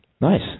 Nice